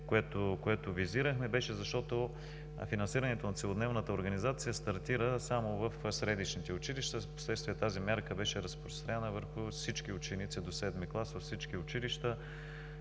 което визирахме, беше, защото финансирането на целодневната организация стартира само в средищните училища, а впоследствие тази мярка беше разпространена върху всички ученици до седми клас във всички училища.